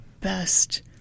best